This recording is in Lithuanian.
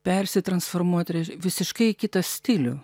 persitransformuot visiškai į kitą stilių